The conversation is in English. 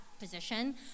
position